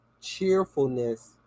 cheerfulness